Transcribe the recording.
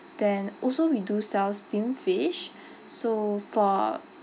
then also we do sell steamed fish so for